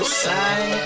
side